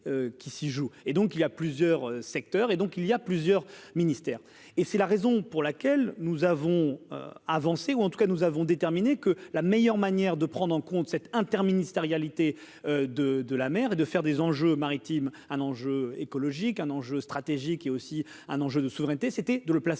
qui s'y joue et donc il y a plusieurs secteurs et donc il y a plusieurs ministères et c'est la raison pour laquelle nous avons avancé ou en tout cas nous avons déterminé que la meilleure manière de prendre en compte cette interministérialité de de la mer et de faire des enjeux maritimes un enjeu écologique un enjeu stratégique est aussi un enjeu de souveraineté, c'était de le placer